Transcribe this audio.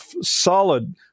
solid